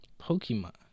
Pokemon